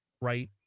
right